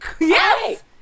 Yes